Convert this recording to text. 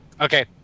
Okay